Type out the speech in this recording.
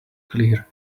clear